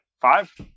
five